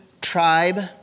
tribe